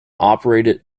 operated